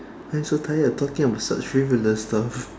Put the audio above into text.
I'm so tired of talking about such frivolous stuffs